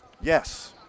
Yes